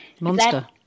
Monster